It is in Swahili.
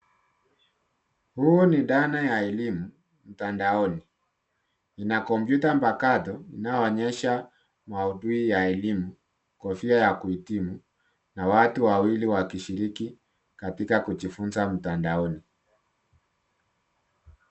Huu ni dhana ya elimu mtandaoni. Ina kompyuta mpakato inayoonyesha maudhui ya elimu, kofia ya kuhitimu, na watu wawili wakishiriki katika kujifunza mtandaoni.